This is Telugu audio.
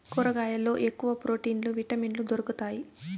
కూరగాయల్లో ఎక్కువ ప్రోటీన్లు విటమిన్లు దొరుకుతాయి